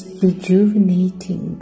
rejuvenating